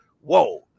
whoa